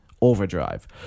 Overdrive